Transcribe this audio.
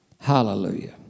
Hallelujah